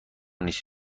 نیست